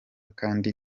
kandi